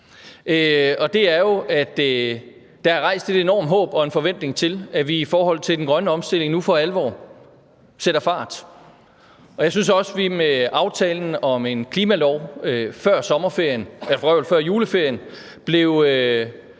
der er rejst et enormt håb om og en forventning til, at vi i forhold til den grønne omstilling nu for alvor sætter fart i det. Jeg synes også, vi med aftalen om en klimalov før juleferien kom